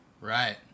Right